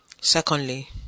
Secondly